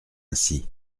ainsi